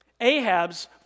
Ahab's